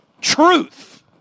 truth